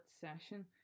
session